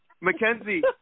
Mackenzie